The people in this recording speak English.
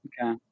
Okay